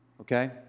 Okay